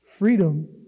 Freedom